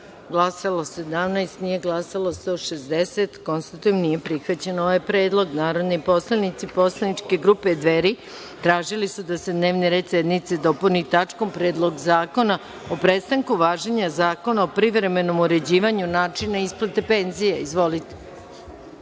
glasalo 17, nije glasalo 160.Konstatujem da nije prihvaćen ovaj predlog. Narodni poslanici poslaničke grupe Dveri, tražili su da se dnevni red sednice dopuni tačkom – Predlog zakona o prestanku važenja Zakona o privremenom uređivanju načina isplate penzije. Izvolite.